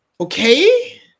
okay